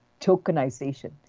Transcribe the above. tokenization